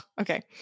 okay